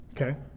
okay